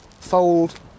fold